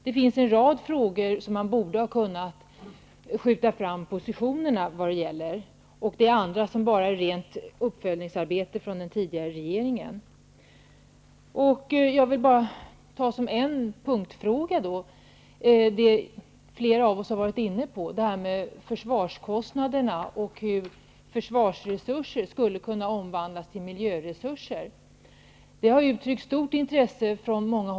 Det finns en rad frågor där man borde ha kunnat skjuta fram positionerna, och i andra frågor har regeringen endast följt upp den tidigare regeringens arbete. Jag vill som en punkt ta upp det som flera av oss har varit inne på, nämligen försvarskostnaderna och hur försvarsresurser skulle kunna omvandlas till miljöresurser. Man har från många håll uttryckt stort intresse för detta.